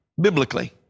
biblically